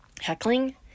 Heckling